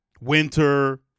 winter